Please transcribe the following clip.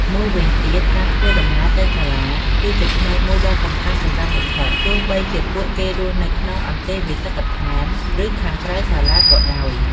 មួយវិញទៀត ការធ្វើដំណើរទៅសាលា គឺជាផ្នែកមួយដ៏សំខាន់សម្រាប់និស្សិត ទោះបីជាពួកគេរស់នៅក្នុងអន្តេវាសិកដ្ឋាន ឬខាងក្រៅសាលាក៏ដោយ។